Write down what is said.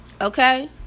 Okay